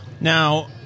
Now